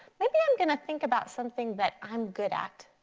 maybe i'm gonna think about something that i'm good at.